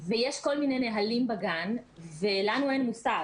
ויש כל מיני נהלים בגן ולנו אין מושג.